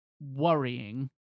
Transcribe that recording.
worrying